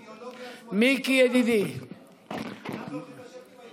אנחנו, עם האידיאולוגיה השמאלנית שלך?